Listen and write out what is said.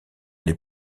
les